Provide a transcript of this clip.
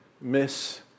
miss